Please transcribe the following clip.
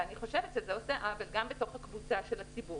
ואני חושבת שזה עושה עוול גם בתוך הקבוצה של הציבור